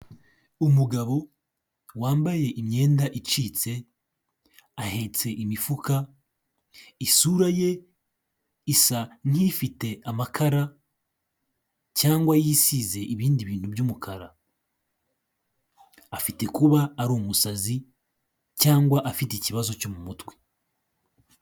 Umugabo wambaye imyenda icitse ahetse imifuka isura ye isa nk'ifite amakara cyangwa yisize ibindi bintu by'umukara afite kuba ari umusazi cyangwa afite ikibazo cyo mu mutwe.